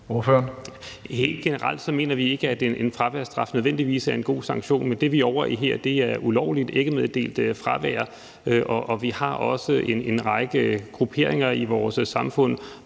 Helt generelt mener vi ikke, at en fraværsstraf nødvendigvis er en god sanktion, men det, vi er ovre i her, er ulovligt og ikke meddelt fravær. Vi har også en række grupperinger i vores samfund,